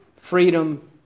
Freedom